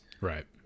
right